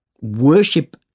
worship